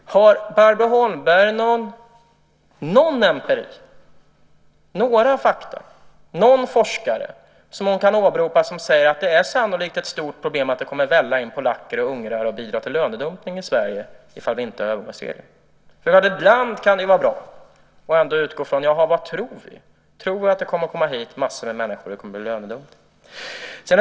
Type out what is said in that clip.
Har Barbro Holmberg några fakta eller någon forskare som hon kan åberopa som säger att det sannolikt är ett stort problem att det kommer att välla in polacker och ungrare och bidra till lönedumpning i Sverige om vi inte har övergångsregler? Ibland kan det vara bra att utgå från vad vi tror, att det kommer hit massor med människor och att det blir lönedumpning.